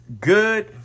good